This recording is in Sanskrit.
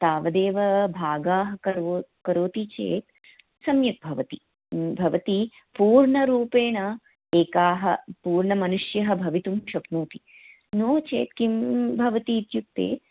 तावदेव भागाः करोति करोति चेत् सम्यक् भवति भवति पूर्णरूपेण एकाः पूर्णमनुष्यः भवितुं शक्नोति नो चेत् किं भवति इत्युक्ते